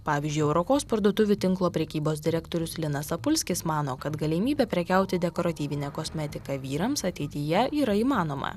pavyzdžiui europos parduotuvių tinklo prekybos direktorius linas apulskis mano kad galimybė prekiauti dekoratyvine kosmetika vyrams ateityje yra įmanoma